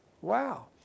Wow